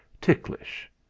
ticklish